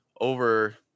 over